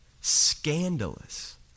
scandalous